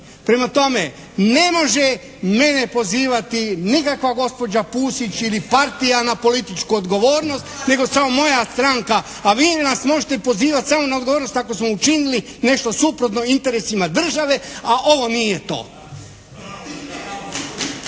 Prema tome ne može mene pozivati nikakva gospođa Pusić ili Partija na političku odgovornost nego samo moja stranka. A vi nas možete pozivati samo na odgovornost ako smo učinili nešto suprotno interesima države. A ovo nije to.